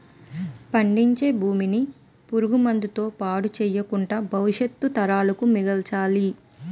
పండించే భూమిని పురుగు మందుల తో పాడు చెయ్యకుండా భవిష్యత్తు తరాలకు మిగల్చాలి